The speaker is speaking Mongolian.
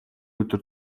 өдөр